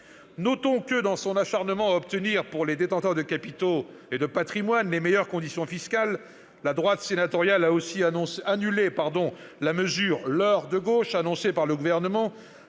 Notons que, dans son acharnement à obtenir pour les détenteurs de capitaux et de patrimoines les meilleures conditions fiscales, la droite sénatoriale a aussi annulé la mesure « leurre de gauche » avancée par le Gouvernement,